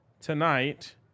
tonight